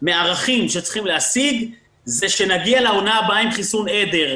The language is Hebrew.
הערכים שצריך להשיג הוא שנגיע לעונה הבאה עם חיסון עדר.